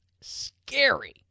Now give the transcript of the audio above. scary